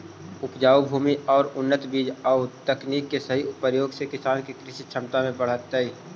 उपजाऊ भूमि आउ उन्नत बीज आउ तकनीक के सही प्रयोग किसान के कृषि क्षमता के बढ़ऽतइ